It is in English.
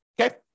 Okay